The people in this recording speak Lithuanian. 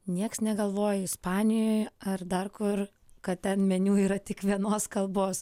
nieks negalvoja ispanijoj ar dar kur kad ten meniu yra tik vienos kalbos